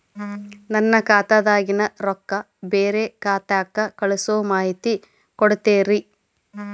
ನನ್ನ ಖಾತಾದಾಗಿನ ರೊಕ್ಕ ಬ್ಯಾರೆ ಖಾತಾಕ್ಕ ಕಳಿಸು ಮಾಹಿತಿ ಕೊಡತೇರಿ?